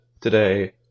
today